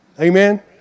Amen